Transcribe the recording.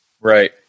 Right